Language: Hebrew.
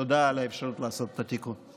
תודה על האפשרות לעשות את התיקון.